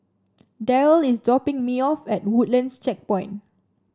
Darryll is dropping me off at Woodlands Checkpoint